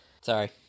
Sorry